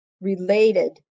related